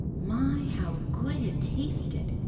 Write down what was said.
my, how good it tasted!